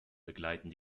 begleiten